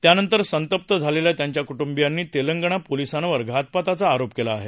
त्यानंतर संतप्त झालेल्या त्यांच्या कू ब्रियांनी तेलंगाणा पोलिसांवर घातपाताचा आरोप केला आहे